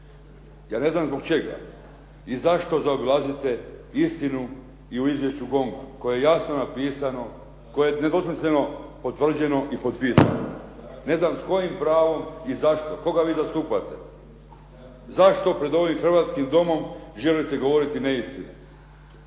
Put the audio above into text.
Ja ne znam zbog čega i zašto zaobilazite istinu i u izvješću GONG-a koje je jasno napisano, koje je nedvosmisleno potvrđeno i potpisano. Ne znam s kojim pravom i zašto. Koga vi zastupate? Zašto pred ovim hrvatskim domom želite govoriti neistine